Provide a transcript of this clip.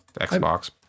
Xbox